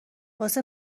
واسه